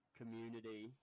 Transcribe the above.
community